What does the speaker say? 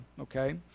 okay